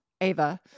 Ava